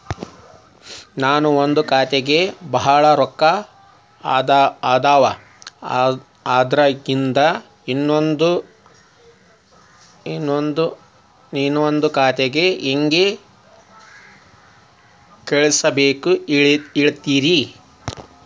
ನನ್ ಒಂದ್ ಖಾತ್ಯಾಗ್ ಭಾಳ್ ರೊಕ್ಕ ಅದಾವ, ಅದ್ರಾಗಿಂದ ಇನ್ನೊಂದ್ ನಂದೇ ಖಾತೆಗೆ ಹೆಂಗ್ ಕಳ್ಸ್ ಬೇಕು ಹೇಳ್ತೇರಿ?